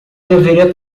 deveria